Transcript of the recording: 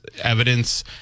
evidence